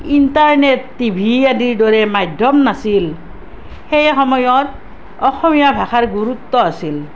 internet T V আদিৰ দৰে মাধ্য়ম নাছিল সেই সময়ত অসমীয়া ভাষাৰ গুৰুত্ব আছিল